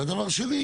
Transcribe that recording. ודבר שני,